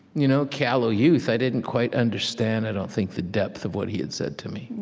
you know callow youth i didn't quite understand, i don't think, the depth of what he had said to me.